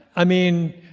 i mean,